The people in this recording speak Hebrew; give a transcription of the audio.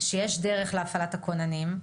שיש דרך להפעלת הכוננים,